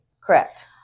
Correct